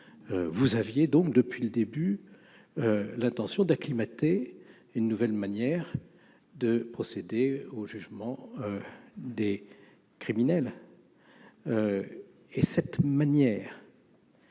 vous aviez depuis le début l'intention d'acclimater une nouvelle manière de procéder au jugement des criminels. Cette question